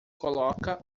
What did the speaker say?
coloca